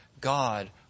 God